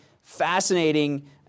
fascinating